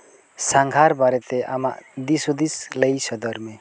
ᱠᱤᱪᱷᱩᱠᱷᱚᱱ ᱪᱟᱞᱟᱣ ᱠᱟᱛᱮᱜ ᱢᱚᱲᱮ ᱠᱤᱞᱚᱢᱤᱴᱟᱨ ᱞᱟᱦᱟᱨᱮᱞᱮ ᱛᱤᱸᱜᱩᱭᱮᱱᱟ